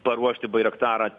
paruošti bairaktarą